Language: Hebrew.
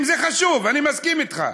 אם זה חשוב, אני מסכים אתך,